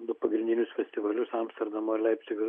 du pagrindinius festivalius amsterdamo ar leipcigo